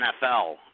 NFL